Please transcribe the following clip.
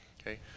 okay